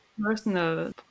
Personal